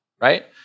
right